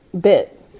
bit